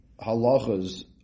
halachas